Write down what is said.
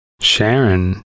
Sharon